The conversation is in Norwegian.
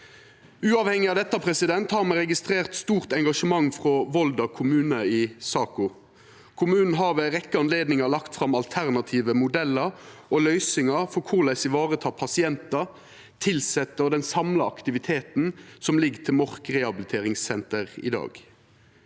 Uavhengig av dette har me registrert stort engasjement frå Volda kommune i saka. Kommunen har ved ei rekkje anledningar lagt fram alternative modellar og løysingar for korleis ein kan vareta pasientar, tilsette og den samla aktiviteten som ligg til Mork rehabiliterings senter i dag.